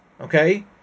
okay